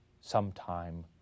sometime